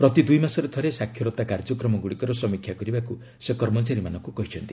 ପ୍ରତି ଦୁଇ ମାସରେ ଥରେ ସାକ୍ଷରତା କାର୍ଯ୍ୟକ୍ରମଗୁଡ଼ିକର ସମୀକ୍ଷା କରିବାକୁ ସେ କର୍ମଚାରୀମାନଙ୍କୁ କହିଛନ୍ତି